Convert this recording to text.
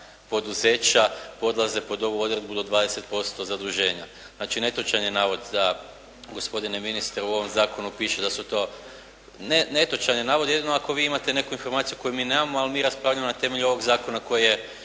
poduzeća odlaze pod ovu odredbu do 20% zaduženja. Znači netočan je navod da gospodine ministre u ovom zakonu piše da su to, netočan je navod jedino ako vi imate neku informaciju koju mi nemamo ali mi raspravljamo na temelju ovog zakona koji je,